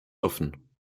offen